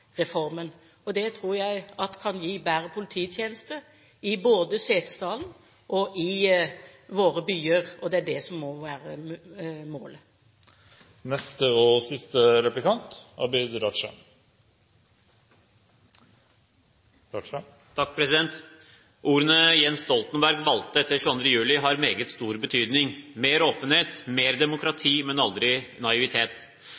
Det tror jeg kan gi bedre polititjenester, både i Setesdalen og i våre byer, og det må være målet. Ordene Jens Stoltenberg valgte etter 22. juli har meget stor betydning: «Mer demokrati, mer åpenhet, men aldri naivitet.»